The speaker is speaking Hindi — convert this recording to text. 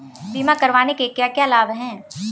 बीमा करवाने के क्या क्या लाभ हैं?